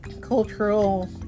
cultural